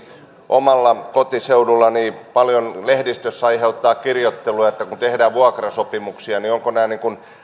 omalla kotiseudullani se aiheuttaa lehdistössä paljon kirjoittelua että kun tehdään vuokrasopimuksia niin onko nämä tehty